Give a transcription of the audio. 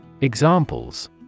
Examples